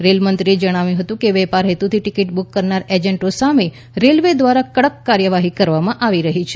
railway મંત્રીએ જણાવ્યું હતું કે વેપાર હેતુથી ટિકીટ બુક કરનાર એજન્ટો સામે રેલવે દ્વારા કડક કાર્યવાહી કરવામાં આવી રહી છે